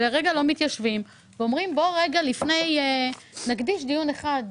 ולרגע לא מתיישבים ואומרים: בואו רגע ונקדיש דיון אחד,